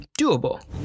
doable